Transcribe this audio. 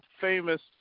famous